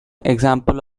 example